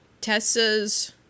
Tessa's